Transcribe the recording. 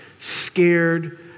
scared